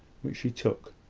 which she took,